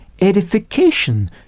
Edification